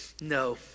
No